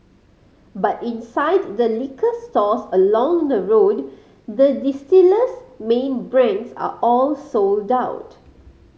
but inside the liquor stores along the road the distiller's main brands are all sold out